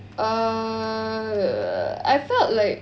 err I felt like